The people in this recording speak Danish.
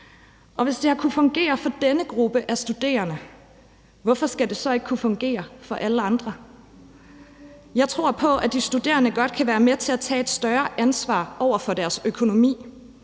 Hvis det har kunnet fungere for denne gruppe af studerende, hvorfor skal det så ikke kunne fungere for alle andre? Jeg tror på, at de studerende godt kan være med til at tage et større ansvar over for deres økonomi,